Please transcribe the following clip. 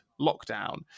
lockdown